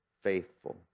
faithful